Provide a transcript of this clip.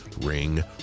ring